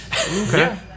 Okay